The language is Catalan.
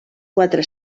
quatre